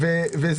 זה